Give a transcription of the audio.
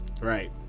Right